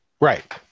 right